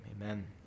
Amen